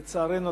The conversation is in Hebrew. לצערנו,